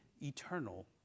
eternal